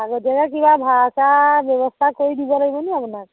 আগতীয়াকৈ কিবা ভাড়া চাড়া ব্যৱস্থা কৰি দিব লাগিবনি আপোনাক